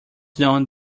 known